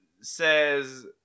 says